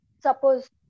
Suppose